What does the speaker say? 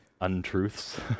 untruths